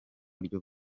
byo